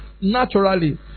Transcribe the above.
Naturally